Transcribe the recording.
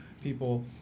people